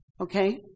Okay